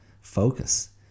focus